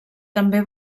també